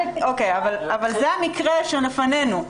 אבל זה המקרה שלפנינו.